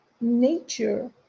nature